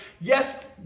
Yes